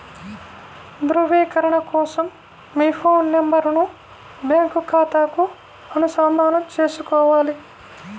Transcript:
ధ్రువీకరణ కోసం మీ ఫోన్ నెంబరును బ్యాంకు ఖాతాకు అనుసంధానం చేసుకోవాలి